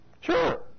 Sure